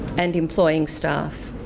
and employing staff,